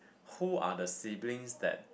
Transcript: who are the siblings that